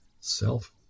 self